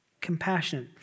compassionate